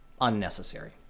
unnecessary